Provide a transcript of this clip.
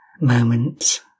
moments